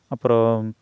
அப்பறம்